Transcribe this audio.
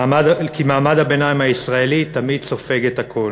כי מעמד הביניים הישראלי תמיד סופג הכול.